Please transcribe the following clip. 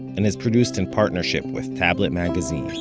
and is produced in partnership with tablet magazine.